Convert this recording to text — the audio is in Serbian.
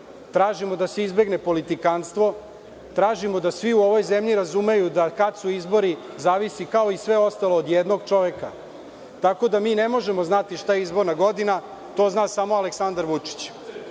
Tražimo da se izbegne politikanstvo. Tražimo da svi u ovoj zemlji razumeju da, kad su izbori, zavisi, kao i sve ostalo, od jednog čoveka. Tako da, mi ne možemo znati šta je izborna godina, to zna samo Aleksandar Vučić,